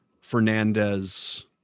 Fernandez